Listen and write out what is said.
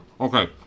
Okay